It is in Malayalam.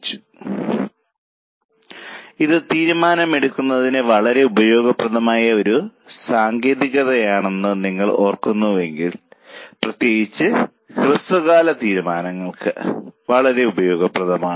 നിങ്ങൾ ഓർക്കുന്നുവെങ്കിൽ ഇത് തീരുമാനമെടുക്കുന്നതിന് വളരെ ഉപയോഗപ്രദമായ ഒരു സാങ്കേതികതയാണ് പ്രത്യേകിച്ച് ഹ്രസ്വകാല തീരുമാനങ്ങൾക്ക് വളരെ ഉപയോഗപ്രദമാണ്